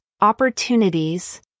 opportunities